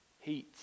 heat